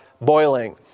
boiling